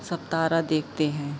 सब तारा देखते हैं